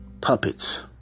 Puppets